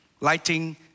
lighting